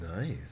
Nice